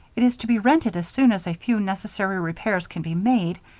it is to be rented as soon as a few necessary repairs can be made,